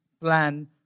plan